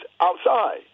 outside